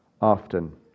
often